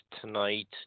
tonight